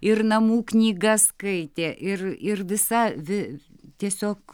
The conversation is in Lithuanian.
ir namų knygas skaitė ir ir visa vi tiesiog